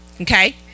Okay